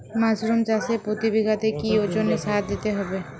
Mushroom চাষে প্রতি বিঘাতে কি ওজনে সার দিতে হবে?